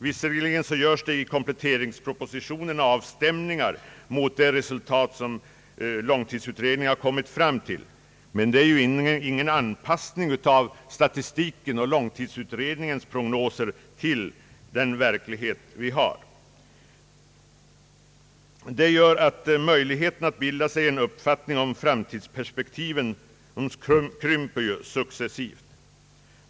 Visserligen görs i kompletteringspropositionen avstämningar mot det resultat långtidsutredningen kommit fram till, men det innebär ingen anpassning av statistiken och långtidsutredningens prognoser till den verklighet vi upplever. Detta gör att möjligheten att bilda sig en uppfattning om framtidsperspektiven successivt krymper.